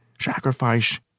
Sacrifice